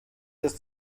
ist